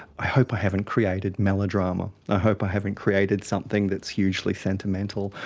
i hope i haven't created melodrama, i hope i haven't created something that's hugely sentimental.